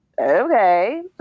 okay